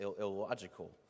illogical